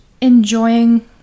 enjoying